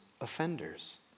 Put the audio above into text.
offenders